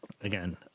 again